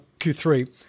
Q3